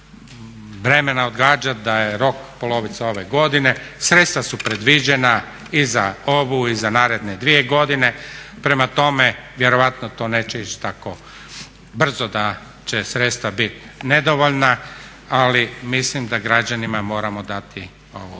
vremena odgađati, da je rok polovica ove godine, sredstva su predviđena i za ovu i za naredne dvije godine, prema tome vjerojatno to neće ići tako brzo da će sredstva biti nedovoljna, ali mislim da građanima moramo dati ovu